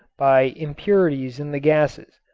by impurities in the gases.